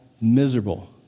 miserable